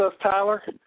Tyler